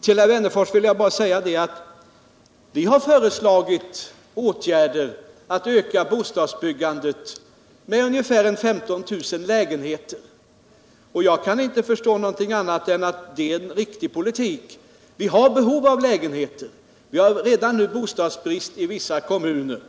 Till herr Wennerfors vill jag bara säga att vi har föreslagit åtgärder för att öka bostadsbyggandet med ungefär 15 000 lägenheter. Jag kan inte förstå annat än att detta är en riktig politik. Vi har ju behov av lägenheter. Vi har redan nu bostadsbrist i vissa kommuner,